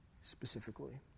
specifically